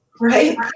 Right